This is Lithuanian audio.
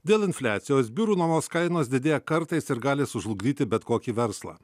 dėl infliacijos biurų nuomos kainos didėja kartais ir gali sužlugdyti bet kokį verslą